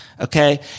okay